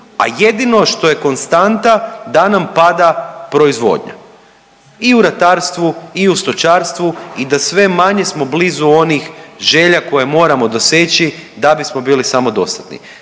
A jedino što je konstanta da nam pada proizvodnja i u ratarstvu i u stočarstvu i da sve manje smo blizu onih želja koje moramo doseći da bismo bili samodostatni.